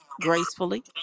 gracefully